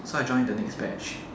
so I joined the next batch